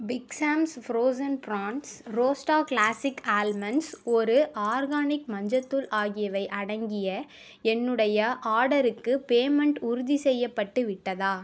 big Sam's frozen prawns Rostaa classic almonds ஒரு organic மஞ்சத் தூள் ஆகியவை அடங்கிய என்னுடைய ஆர்டருக்கு பேமெண்ட் உறுதிசெய்யப்பட்டு விட்டதா